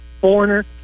foreigner